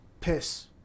piss